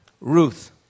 Ruth